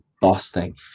busting